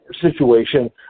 situation